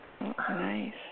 Nice